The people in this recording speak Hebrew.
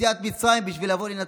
יציאת מצרים בשביל לבוא להינצל.